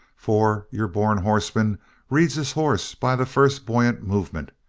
for your born horseman reads his horse by the first buoyant moment,